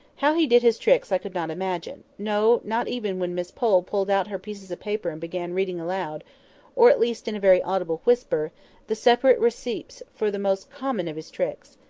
how he did his tricks i could not imagine no, not even when miss pole pulled out her pieces of paper and began reading aloud or at least in a very audible whisper the separate receipts for the most common of his tricks.